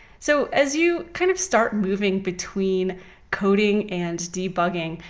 so as you kind of start moving between coding and debugging,